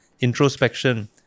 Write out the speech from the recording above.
introspection